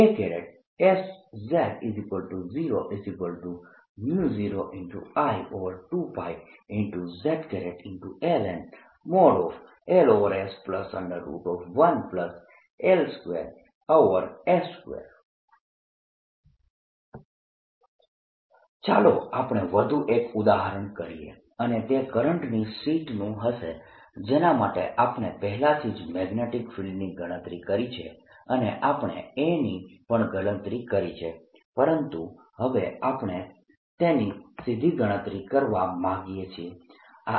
A sz00I2π z ln |Ls1L2s2 L→∞ Asz0 0I2πz ln 2Ls0I2π ln 2L z 0I2π ln s z 0I2πln s z ચાલો આપણે વધુ એક ઉદાહરણ કરીએ અને તે કરંટની શીટનું હશે જેના માટે આપણે પહેલાથી જ મેગ્નેટીક ફિલ્ડની ગણતરી કરી છે અને આપણે A ની પણ ગણતરી કરી છે પરંતુ હવે આપણે તેની સીઘી ગણતરી કરવા માંગીએ છીએ